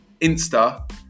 Insta